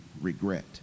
regret